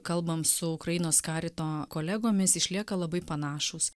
kalbam su ukrainos karito kolegomis išlieka labai panašūs